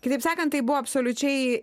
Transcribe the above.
kitaip sakant tai buvo absoliučiai